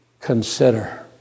consider